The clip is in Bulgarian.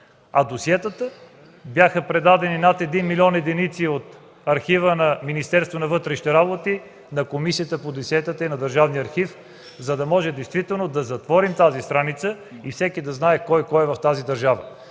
А досиетата? Бяха предадени над 1 милион единици от архива на Министерството на вътрешните работи на Комисията по досиетата и на Държавния архив, за да може действително да затворим тази страница и всеки да знае кой кой е в тази държава.